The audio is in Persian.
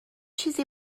چیزی